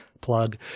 plug